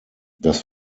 das